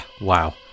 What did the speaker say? wow